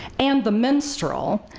and the minstrel,